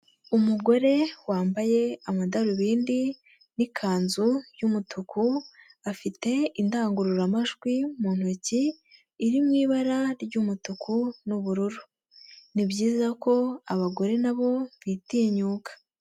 Umugore wambaye amadarubindi n'ikanzu y'umutuku, afite indangururamajwi mu ntoki iri mu ibara ry'umutuku n'ubururu. Ni byiza ko abagore nabo bitinyuka.